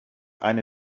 eine